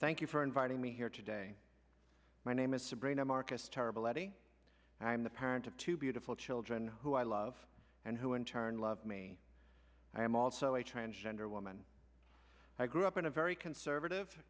thank you for inviting me here today my name is sabrina markus terrible eddy and i'm the parent of two beautiful children who i love and who in turn love me i am also a transgender woman i grew up in a very conservative